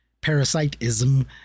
Parasitism